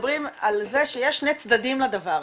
מדברים על זה שיש שני צדדים לדבר,